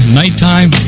nighttime